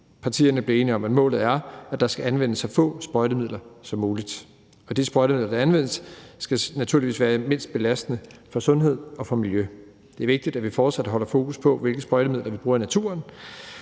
Partierne blev enige om, at målet er, at der skal anvendes så få sprøjtemidler som muligt, og de sprøjtemidler, der anvendes, skal naturligvis være mindst belastende for sundhed og miljø. Det er vigtigt, at vi fortsat holder fokus på, hvilke sprøjtemidler vi bruger i naturen,